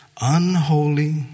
Unholy